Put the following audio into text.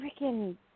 freaking